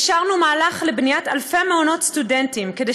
אישרנו מהלך לבניית אלפי מעונות סטודנטים כדי